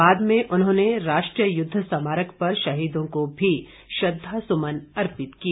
बाद में उन्होंने राष्ट्रीय युद्ध स्मारक पर शहीदों का भी श्रद्वासुमन अर्पित किए